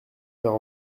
faire